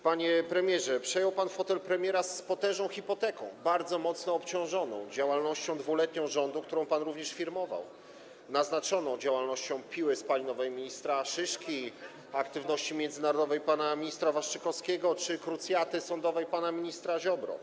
Panie premierze, przejął pan fotel premiera z potężną hipoteką, bardzo mocno obciążoną 2-letnią działalnością rządu, którą pan również firmował, naznaczoną działalnością piły spalinowej ministra Szyszki, aktywnością międzynarodową pana ministra Waszczykowskiego czy krucjatą sądową pana ministra Ziobry.